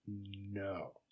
no